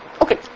Okay